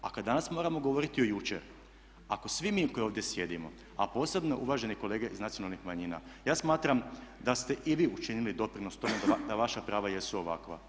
A kad danas moramo govoriti o jučer ako svi mi koji ovdje sjedimo a posebno uvaženi kolege iz nacionalnih manjina ja smatram da ste i vi učinili doprinos tome da vaša prava jesu ovakva.